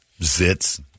zits